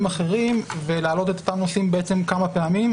אחרים ולהעלות את אותם נושאים כמה פעמים.